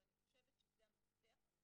ואני חושבת שזה המפתח.